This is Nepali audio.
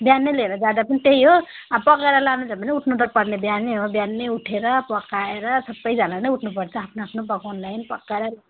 बिहानै लिएर जाँदा पनि त्यही हो अब पकाएर लानु छ भने उठ्नु त पर्ने बिहान नै हो बिहानै उठेर पकाएर सबैजना नै उठ्नु पर्छ आफ्नो आफ्नो पकाउनको लागिन् पकाएर